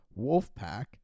Wolfpack